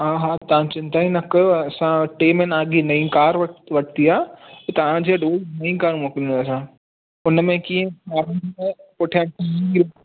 हा हा तव्हां चिंता ई न कयो असां टे महीना अॻे नईं कार वरिती आहे तव्हांजे डूर नई कार मोकिलींदा असां हुनमें कीअं माण्हू न पुठियां